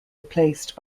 replaced